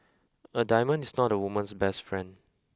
a diamond is not a woman's best friend